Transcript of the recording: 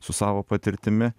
su savo patirtimi